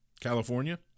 California